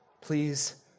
Please